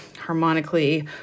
harmonically